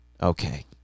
Okay